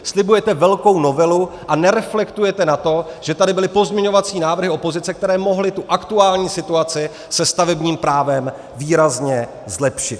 Slibujete velkou novelu a nereflektujete na to, že tady byly pozměňovací návrhy opozice, které mohly aktuální situaci se stavebním právem výrazně zlepšit.